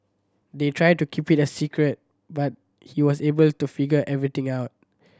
they tried to keep it a secret but he was able to figure everything out